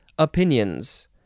opinions